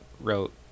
wrote